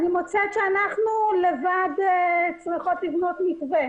אני מוצאת שאנחנו לבד צריכות לבנות מתווה.